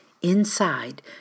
Inside